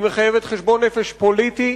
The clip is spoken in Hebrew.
היא מחייבת חשבון נפש פוליטי,